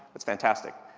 that's fantastic.